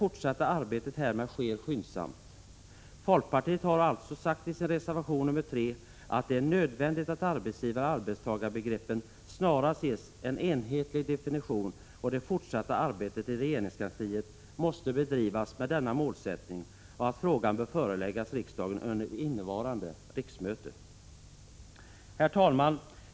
fortsatta arbetet härmed sker skyndsamt. Folkpartiet har alltså sagt i sin reservation nr 3 att det är nödvändigt att arbetsgivaroch arbetstagarbegreppen snarast ges en enhetlig definition, och att det fortsatta arbetet i regeringskansliet måste bedrivas med denna målsättning samt att frågan bör föreläggas riksdagen under innevarande riksmöte. Herr talman!